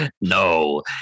no